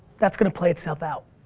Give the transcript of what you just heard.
that's gonna play itself out.